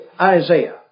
Isaiah